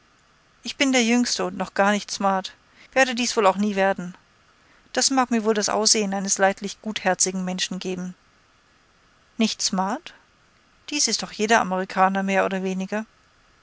ich bin der jüngste und noch gar nicht smart werde dies wohl auch nie werden das mag mir wohl das aussehen eines leidlich gutherzigen menschen geben nicht smart dies ist doch jeder amerikaner mehr oder weniger